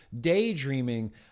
daydreaming